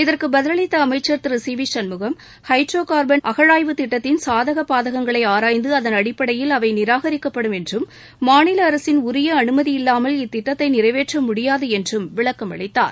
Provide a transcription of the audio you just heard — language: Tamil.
இதற்கு பதிலளித்த அமைச்சர் திரு C V Shanmugam hydrocarbon திட்டத்தின் சாதக பாதகங்களை ஆராய்ந்து அதன் அடிப்படையில் அவை நிராகரிக்கப்படும் என்றும் மாநில அரசின் உரிய அனுமதி இல்லாமல் இத்திட்டத்தை நிறைவேற்ற முடியாது என்றும் விளக்கம் அளித்தார்